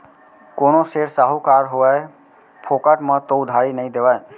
कोनो सेठ, साहूकार होवय फोकट म तो उधारी नइ देवय